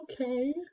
Okay